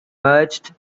merged